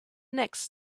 next